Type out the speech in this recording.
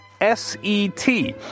S-E-T